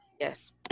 Yes